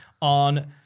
on